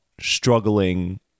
struggling